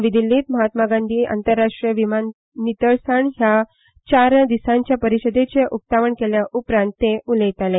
नवी दिल्लींत महात्मा गांधी आंतराष्ट्रीय नितळसाण ह्या चार दिसांचे परिशदेचे उक्तावण केले उपरांत ते उलयताले